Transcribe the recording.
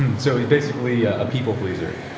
and so, basically a people pleaser,